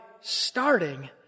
starting